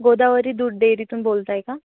गोदावरी दूध डेअरीतून बोलत आहे का